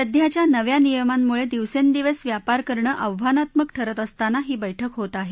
सध्याच्या नव्या नियमांमुळे दिवसंदिवस व्यापार करणं आव्हानात्मक ठरत असताना ही बैठक होत आहे